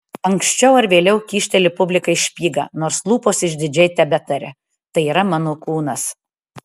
anksčiau ar vėliau kyšteli publikai špygą nors lūpos išdidžiai tebetaria tai yra mano kūnas